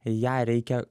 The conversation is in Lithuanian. ją reikia